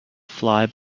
fly